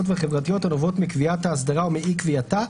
והחברתיות הנובעות מקביעת האסדרה או מאי־קביעתה,